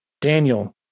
Daniel